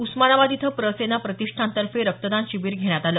उस्मानाबाद इथं प्रसेना प्रतिष्ठानतर्फे रक्तदान शिबिर घेण्यात आलं